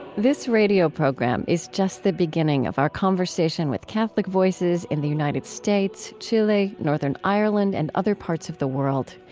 this radio program is just the beginning of our conversation with catholic voices in the united states, chile, northern ireland, and other parts of the world.